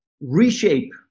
reshape